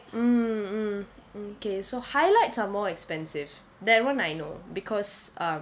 mm mm mm okay so highlights are more expensive that [one] I know because um